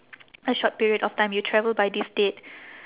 a short period of time you travel by this date